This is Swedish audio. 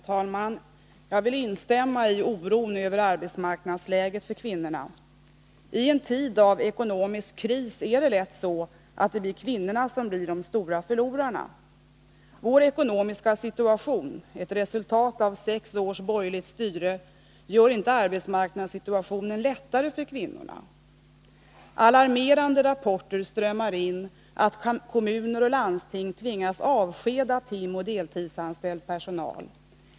Herr talman! Jag vill instämma i föregående talares oro över arbetsmarknadsläget för kvinnorna. I en tid av ekonomisk kris är det lätt så att det blir kvinnorna som blir de stora förlorarna. Vår ekonomiska situation, ett resultat av sex års borgerligt styre, gör inte arbetsmarknadssituationen lättare för kvinnorna. Alarmerande rapporter strömmar in, att kommuner och landsting tvingas avskeda timoch deltidsanställd personal.